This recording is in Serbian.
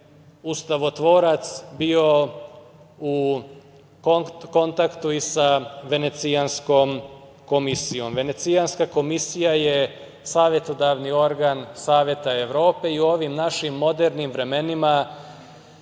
ustavotvorac bio u kontaktu i sa Venecijanskom komisijom. Venecijanska komisija je savetodavni organ Saveta Evrope i u ovim našim modernim vremenima